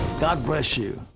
god bless you.